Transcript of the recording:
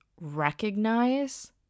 recognize